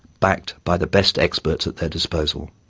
backed by the best experts at their disposal.